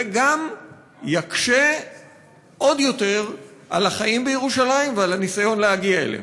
זה גם יקשה עוד יותר את החיים בירושלים ואת הניסיון להגיע אליה.